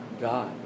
God